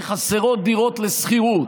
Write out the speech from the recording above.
כי חסרות דירות לשכירות.